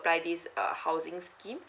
apply this uh housing scheme